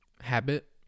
habit